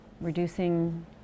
reducing